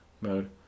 mode